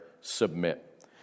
submit